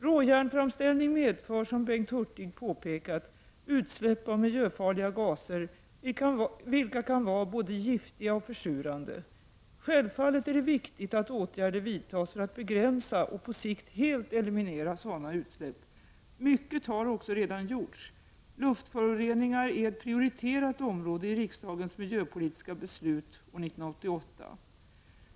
Råjärnsframställningen medför, som Bengt Hurtig påpekat, utsläpp av miljöfarliga gaser, vilka kan vara både giftiga och försurande. Självfallet är det viktigt att åtgärder vidtas för att begränsa och på sikt helt eliminera sådana utsläpp. Mycket har också redan gjorts. Luftföroreningar är ju ett prioriterat område i riksdagens miljöpolitiska beslut år 1988.